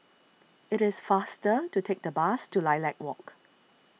it is faster to take the bus to Lilac Walk